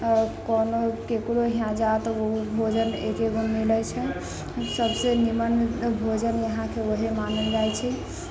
कोनोके ककरो इहाँ जा तऽ ओ भोजन देखैके मिलै छै सबसँ नीमन भोजन यहाँके वही मानल जाइ छै